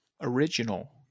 original